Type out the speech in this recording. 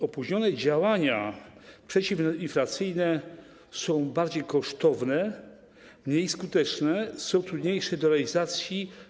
Opóźnione działania przeciwinflacyjne są bardziej kosztowne, mniej skuteczne i trudniejsze w realizacji.